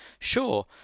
sure